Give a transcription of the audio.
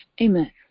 Amen